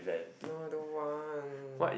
no don't want